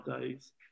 days